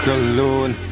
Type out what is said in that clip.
alone